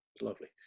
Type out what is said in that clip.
lovely